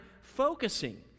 focusing